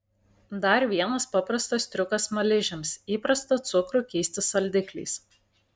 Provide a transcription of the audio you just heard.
dar vienas paprastas triukas smaližiams įprastą cukrų keisti saldikliais